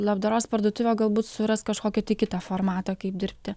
labdaros parduotuvę galbūt suras kažkokį tai kitą formatą kaip dirbti